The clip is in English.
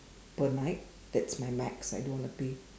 per night that's my max I don't want to pay